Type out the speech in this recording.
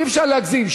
אי-אפשר להגזים.